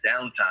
downtime